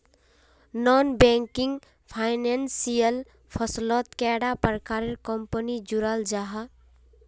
Non banking financial फसलोत कैडा प्रकारेर कंपनी जुराल जाहा?